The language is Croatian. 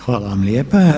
Hvala vam lijepa.